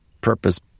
purpose